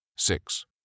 Six